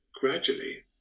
Gradually